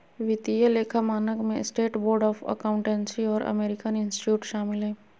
वित्तीय लेखा मानक में स्टेट बोर्ड ऑफ अकाउंटेंसी और अमेरिकन इंस्टीट्यूट शामिल हइ